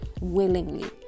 willingly